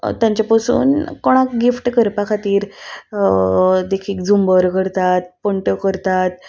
तांचे पसून कोणाक गिफ्ट करपा खातीर देखीक झुंबर करतात पंट करतात